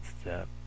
step